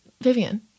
Vivian